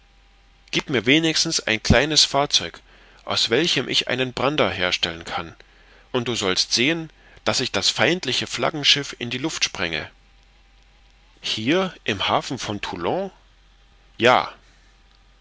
gib mir wenigstens ein kleines fahrzeug aus welchem ich einen brander herstellen kann und du sollst sehen daß ich das feindliche flaggenschiff in die luft sprenge hier im hafen von toulon ja